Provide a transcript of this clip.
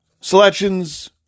selections